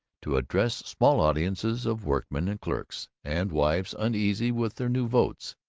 to address small audiences of workmen and clerks, and wives uneasy with their new votes.